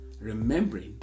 Remembering